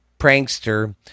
prankster